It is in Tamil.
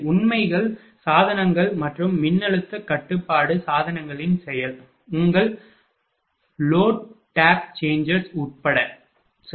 உண்மைகள் சாதனங்கள் மற்றும் மின்னழுத்த கட்டுப்பாட்டு சாதனங்களின் செயல் உங்கள் லோட் டேப் சேஞ்சர்ஸ் உட்பட சரி